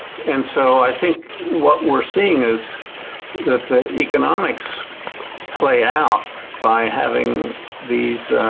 and so i think what we're seeing is that the economics play out by having these